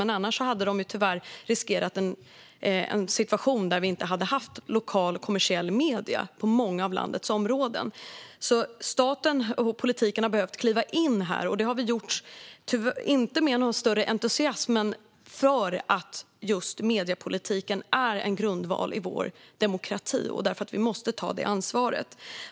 Men annars hade vi riskerat en situation där vi i många av landets områden inte har lokala och kommersiella medier. Staten och politiken har behövt kliva in. Det har vi inte gjort med någon större entusiasm men just för att mediepolitiken är en grundval i vår demokrati. Vi måste därför ta det ansvaret.